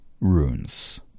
runes